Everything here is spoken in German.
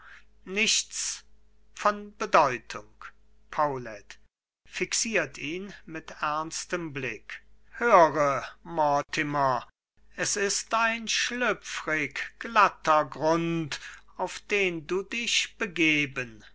nichts von bedeutung paulet fixiert ihn mit ernstem blick höre mortimer es ist ein schlüpfrig glatter grund auf den du dich begeben